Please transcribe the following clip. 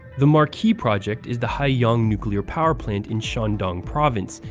the marquee project is the haiyang nuclear power plant in shandong province,